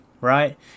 right